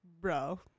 bro